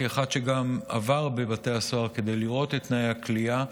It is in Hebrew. כאחד שגם עבר בבתי הסוהר כדי לראות את תנאי הכליאה,